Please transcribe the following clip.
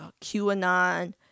QAnon